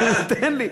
תן לי.